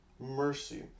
Mercy